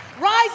Rise